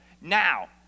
Now